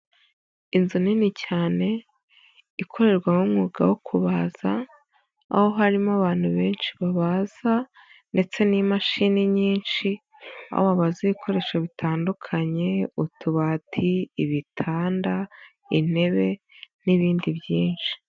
Inzu nini cyane ikorerwamo umwuga wo kubaza, aho harimo abantu benshi babaza ndetse n'imashini nyinshi aho babaza ibikoresho bitandukanye utubati, ibitanda, intebe n'ibindi byinshi.